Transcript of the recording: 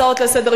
מצוין.